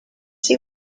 see